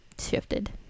shifted